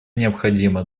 необходимо